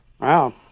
wow